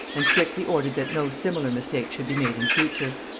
and strictly ordered that no similar mistake should be made in future.